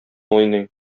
уйный